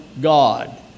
God